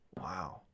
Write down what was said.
Wow